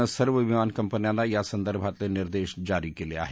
नं सर्व विमानकंपन्यांना या संदर्भातले निर्देश जारी केले आहेत